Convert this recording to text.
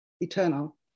eternal